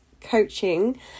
coaching